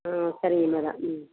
ம் சரிங்க மேடம் ம்